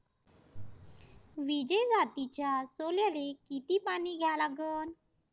विजय जातीच्या सोल्याले किती पानी द्या लागन?